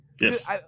Yes